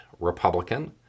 Republican